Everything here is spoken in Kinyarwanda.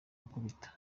gukubita